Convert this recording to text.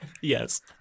Yes